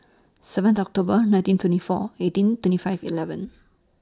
seventh October nineteen twenty four eighteen twenty five eleven